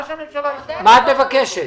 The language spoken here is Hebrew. מה את מבקשת?